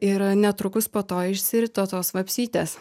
ir netrukus po to išsirito tos vapsvytės